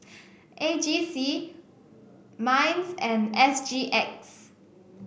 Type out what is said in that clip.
A G C Minds and S G X